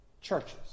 churches